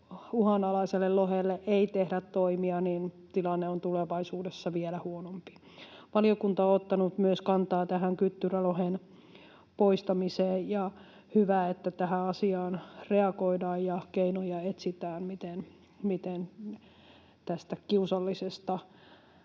uhanalaiselle lohelle ei tehdä toimia, niin tilanne on tulevaisuudessa vielä huonompi. Valiokunta on ottanut myös kantaa kyttyrälohen poistamiseen, ja hyvä, että tähän asiaan reagoidaan ja keinoja etsitään, miten tästä kiusallisesta